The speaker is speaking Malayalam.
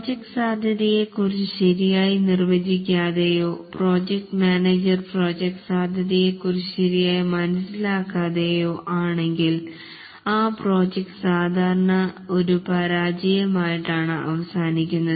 പ്രോജക്ട് സാധ്യതയെ കുറിച്ച് ശരിയായി നിർവചിക്കാതെയോ പ്രോജക്ട് മാനേജർ പ്രോജക്ട് സാധ്യതയെ കുറിച്ച് ശരിയായി മനസിലാകാതെയോ ആണെങ്കിൽ ആ പ്രോജക്ട് സാധാരണ ഒരു പരാജയമായിട്ടാണു അവസാനിക്കുന്നത്